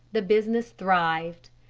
the business thrived.